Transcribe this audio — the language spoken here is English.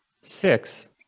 six